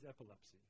epilepsy